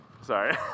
Sorry